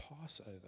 Passover